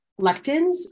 lectins